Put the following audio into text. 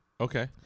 okay